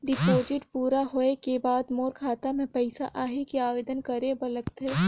Deposit पूरा होय के बाद मोर खाता मे पइसा आही कि आवेदन करे बर लगथे?